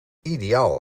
ideaal